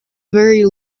very